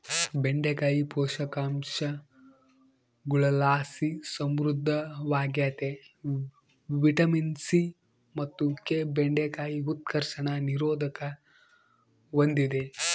ಬೆಂಡೆಕಾಯಿ ಪೋಷಕಾಂಶಗುಳುಲಾಸಿ ಸಮೃದ್ಧವಾಗ್ಯತೆ ವಿಟಮಿನ್ ಸಿ ಮತ್ತು ಕೆ ಬೆಂಡೆಕಾಯಿ ಉತ್ಕರ್ಷಣ ನಿರೋಧಕ ಹೂಂದಿದೆ